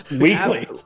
weekly